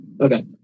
Okay